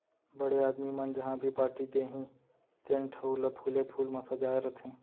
बड़े आदमी मन जहॉं भी पारटी देहीं तेन ठउर ल फूले फूल म सजाय रथें